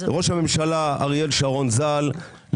ראש הממשלה אריאל שרון ז"ל,